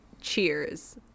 cheers